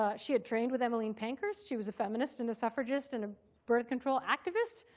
ah she had trained with emmeline pankhurst. she was a feminist, and a suffragist, and a birth control activist.